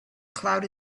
cloud